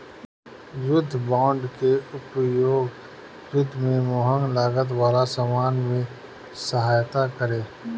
युद्ध बांड के उपयोग युद्ध में महंग लागत वाला सामान में सहायता करे